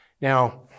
Now